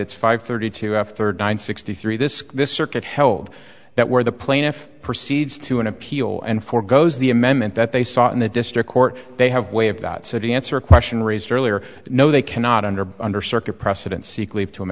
it's five thirty two f thirty nine sixty three this this circuit held that where the plaintiff proceeds to an appeal and forgoes the amendment that they saw in the district court they have way of that city answer question raised earlier no they cannot under under circuit precedent seek leave to